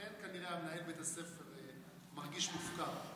לכן כנראה מנהל בית הספר מרגיש מופקר.